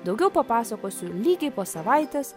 daugiau papasakosiu lygiai po savaitės